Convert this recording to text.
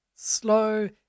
Slow